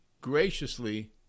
graciously